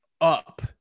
up